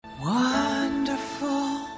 wonderful